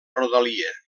rodalia